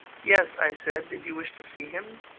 yes, i said, did you wish to see him?